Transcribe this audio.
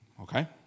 okay